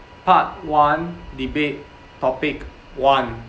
part one debate topic one